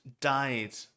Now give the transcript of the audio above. died